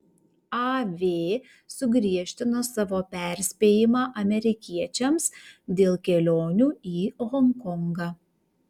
av sugriežtino savo perspėjimą amerikiečiams dėl kelionių į honkongą